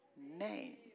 name